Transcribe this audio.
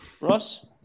Ross